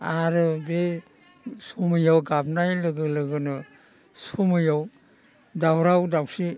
आरो बे समाव गाबनाय लोगो लोगोनो समाव दावराव दावसि